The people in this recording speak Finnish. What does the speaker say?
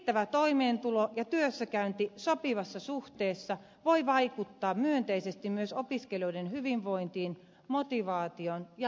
riittävä toimeentulo ja työssäkäynti sopivassa suhteessa voivat vaikuttaa myönteisesti myös opiskelijoiden hyvinvointiin motivaatioon ja jaksamiseen